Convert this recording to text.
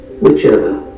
whichever